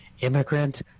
immigrant